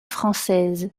française